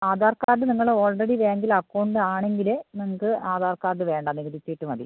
Aadhaar card നിങ്ങൾ already ബാങ്കിൽ account ആണെങ്കിൽ നിങ്ങൾക്ക് ആധാർ കാർഡ് വേണ്ട നികുതി ചീട്ട് മതി